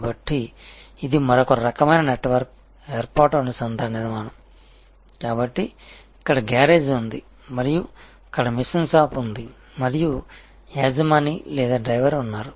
కాబట్టి ఇది మరొక రకమైన నెట్వర్క్ ఏర్పాటు అనుసంధాన నిర్మాణం కాబట్టి ఇక్కడ గ్యారేజ్ ఉంది మరియు అక్కడ మెషిన్ షాప్ ఉంది మరియు యజమాని లేదా డ్రైవర్ ఉన్నారు